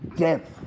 death